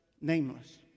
nameless